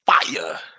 Fire